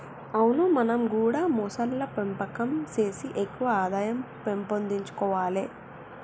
అవును మనం గూడా మొసళ్ల పెంపకం సేసి ఎక్కువ ఆదాయం పెంపొందించుకొవాలే